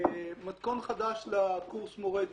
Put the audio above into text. מתכון חדש לקורס מורי דרך,